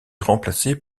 remplacé